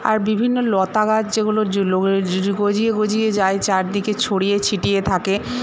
আর বিভিন্ন লতা গাছ যেগুলো গজিয়ে গজিয়ে যায় চারদিকে ছড়িয়ে ছিটিয়ে থাকে